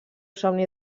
somni